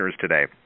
today